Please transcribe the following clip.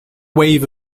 wave